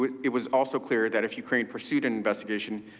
it was also clear that if ukraine pursued an investigation,